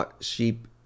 sheep